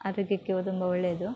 ಆರೋಗ್ಯಕ್ಕೆ ವ ತುಂಬ ಒಳ್ಳೆಯದು